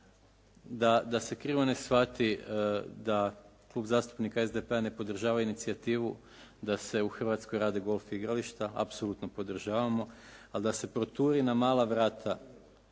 da se krivo ne shvati, da Klub zastupnika SDP-a ne podržava inicijativu da se u Hrvatskoj rade golf igrališta apsolutno podržavamo, ali da se proturi na mala vrata